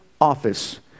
office